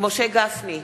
משה גפני,